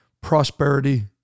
prosperity